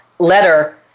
letter